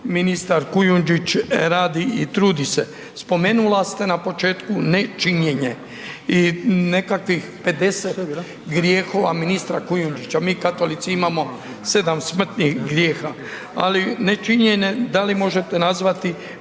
ministar Kujundžić radi i trudi se. Spomenula ste na početku nečinjenje i nekakvih 50 grijeha ministra Kujundžića. Mi katolici imamo sedam smrtnih grijeha, ali ne činjenje da li možete nazvati